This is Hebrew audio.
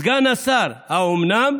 סגן השר, האומנם?